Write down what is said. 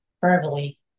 verbally